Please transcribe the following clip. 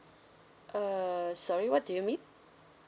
err sorry what do you mean